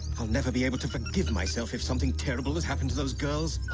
i'll never be able to forgive myself if something terrible has happened to those girls